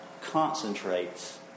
concentrates